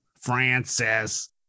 Francis